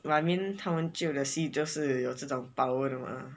ya I mean 他们旧的戏就是有着种 power 的 mah